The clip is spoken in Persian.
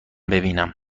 ببینم